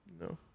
No